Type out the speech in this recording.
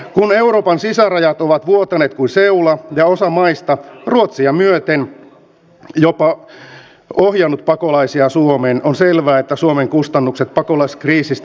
kun euroopan sisärajat ovat vuotaneet kuin seula ja osa maista ruotsia myöten on jopa ohjannut pakolaisia suomeen on selvää että suomen kustannukset pakolaiskriisistä kasvavat